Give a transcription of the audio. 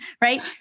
right